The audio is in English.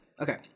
Okay